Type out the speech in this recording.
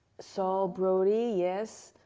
saul brody, yes,